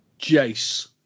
Jace